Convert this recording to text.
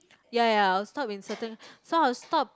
ya ya I'll stop in certain so I'll stop